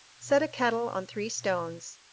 set a kettle on three stones,